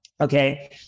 Okay